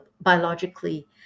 biologically